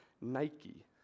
Nike